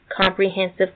comprehensive